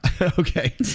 Okay